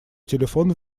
телефон